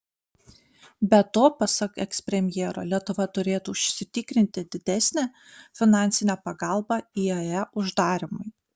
be to pasak ekspremjero lietuva turėtų užsitikrinti didesnę finansinę pagalbą iae uždarymui